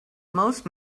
most